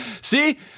see